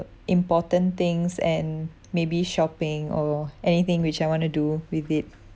important things and maybe shopping or anything which I want to do with it